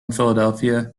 philadelphia